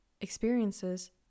experiences